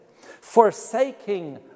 forsaking